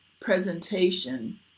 presentation